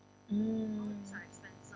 mm